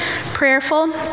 prayerful